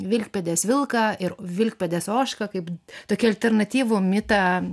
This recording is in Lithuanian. vilkpėdės vilką ir vilkpėdės ožką kaip tokį alternatyvų mitą